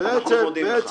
מודים לך.